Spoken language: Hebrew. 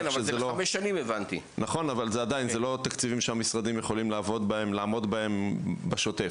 אלה לא תקציבים שהמשרדים יכולים לעמוד בהם בשוטף.